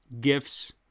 gifts